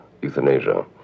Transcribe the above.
euthanasia